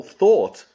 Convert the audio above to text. thought